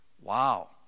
Wow